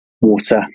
water